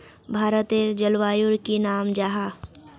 भारतेर जलवायुर की नाम जाहा?